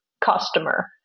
customer